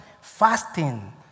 fasting